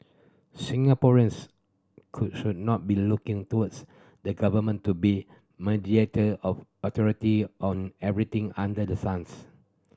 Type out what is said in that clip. Singaporeans could should not be looking towards the government to be mediator or authority on everything under the sun